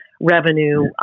revenue